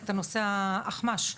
נושא האחמ"ש.